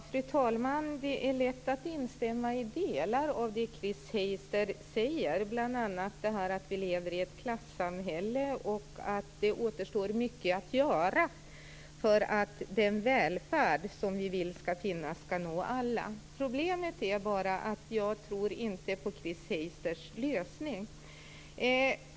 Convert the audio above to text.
Fru talman! Det är lätt att instämma i delar av det Chris Heister säger, bl.a. att vi lever i ett klassamhälle och att det återstår mycket att göra för att den välfärd som vi vill skall finnas skall nå alla. Problemet är bara att jag inte tror på Chris Heisters lösning.